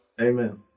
Amen